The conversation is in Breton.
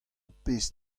pezh